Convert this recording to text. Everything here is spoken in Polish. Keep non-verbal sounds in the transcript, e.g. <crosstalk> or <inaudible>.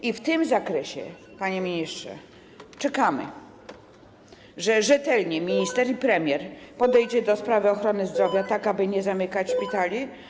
I w tym zakresie, panie ministrze, czekamy, że rzetelnie minister i premier podejdą <noise> do sprawy ochrony zdrowia, tak aby nie zamykać szpitali.